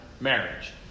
marriage